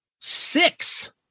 six